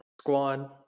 squad